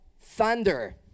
thunder